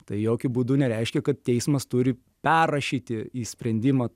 tai jokiu būdu nereiškia kad teismas turi perrašyti į sprendimą